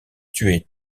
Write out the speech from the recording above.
tué